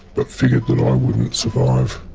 but figured that i wouldn't survive